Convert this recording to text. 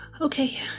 Okay